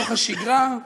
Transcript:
בתוך השגרה,